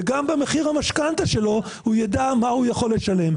וגם במחיר המשכנתא שלו הוא יידע מה הוא יכול לשלם.